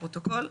לפרוטוקול,